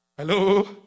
Hello